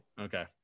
Okay